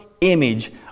image